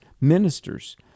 ministers